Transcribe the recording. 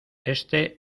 éste